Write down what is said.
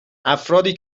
افرادی